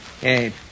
Hey